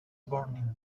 borneo